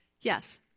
Yes